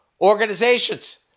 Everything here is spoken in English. organizations